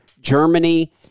Germany